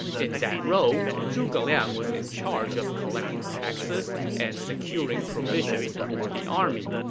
in that role, zhuge liang was in charge of collecting taxes and securing provisions for the army.